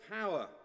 power